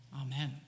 Amen